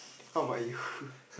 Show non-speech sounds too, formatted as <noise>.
how about <laughs> you